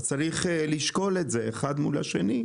אז צריך לשקול את זה אחד מול השני.